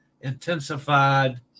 intensified